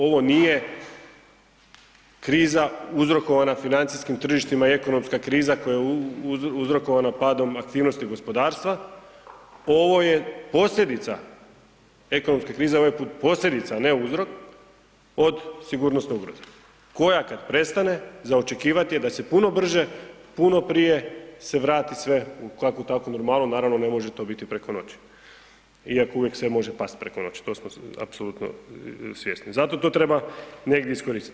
Ovo nije kriza uzrokovana financijskim tržištima i ekonomska kriza koja je uzrokovana padom aktivnosti gospodarstva, ovo je posljedica ekonomske krize, ovo je posljedica, a ne uzrok od sigurnosne ugroze, koja kada prestane za očekivati je da se puno brže, puno prije se vrati sve u kakvu takvu normalnu, naravno ne može to biti preko noći, iako uvijek sve može past preko noći, toga smo apsolutno svjesni i zato to treba negdje iskoristiti.